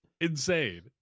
insane